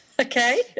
okay